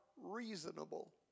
reasonable